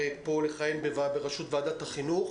לכהן בראשות ועדת החינוך.